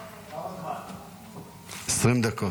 20 דקות.